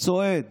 צועד